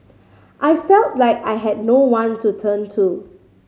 I felt like I had no one to turn to